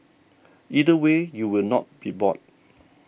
either way you will not be bored